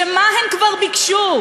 שמה הן כבר ביקשו?